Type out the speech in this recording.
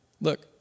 Look